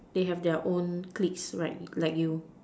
they have their own cliques like like you